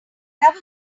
have